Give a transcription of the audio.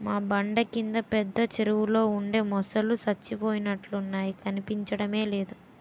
మా బండ కింద పెద్ద చెరువులో ఉండే మొసల్లు సచ్చిపోయినట్లున్నాయి కనిపించడమే లేదు